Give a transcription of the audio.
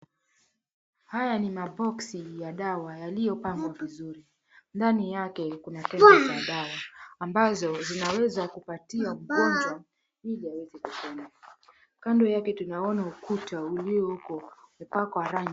Haya ni maboksi ya dawa yaliyopangwa vizuri . Ndani yake kuna tembe za dawa ambazo zinaweza kupatiwa mgonjwa ili aweze kupona. Kando yake tunaona ukuta uliopakwa rangi.